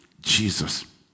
Jesus